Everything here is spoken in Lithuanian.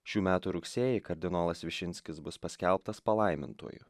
šių metų rugsėjį kardinolas višinskis bus paskelbtas palaimintuoju